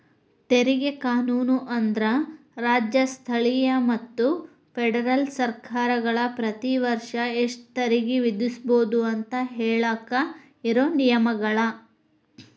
ತೆರಿಗೆ ಕಾನೂನು ಅಂದ್ರ ರಾಜ್ಯ ಸ್ಥಳೇಯ ಮತ್ತ ಫೆಡರಲ್ ಸರ್ಕಾರಗಳ ಪ್ರತಿ ವರ್ಷ ಎಷ್ಟ ತೆರಿಗೆ ವಿಧಿಸಬೋದು ಅಂತ ಹೇಳಾಕ ಇರೋ ನಿಯಮಗಳ